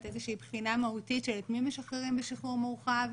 איזושהי בחינה מהותית של את מי משחררים בשחרור מורחב,